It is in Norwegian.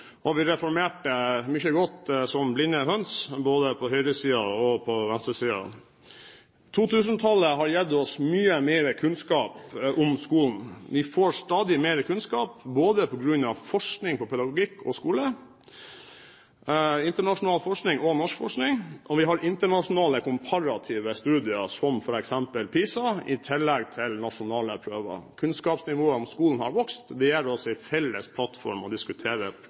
og vi reformerte som blinde høns både på høyresiden og på venstresiden. 2000-tallet har gitt oss mye mer kunnskap om skolen. Vi får stadig mer kunnskap på grunn av forskning på pedagogikk og skole – internasjonal forskning og norsk forskning – og vi har internasjonale komparative studier som f.eks. PISA, i tillegg til nasjonale prøver. Kunnskapsnivået er hevet, og det gir oss en felles plattform å diskutere skolen på. Det